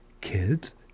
Kids